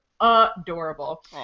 adorable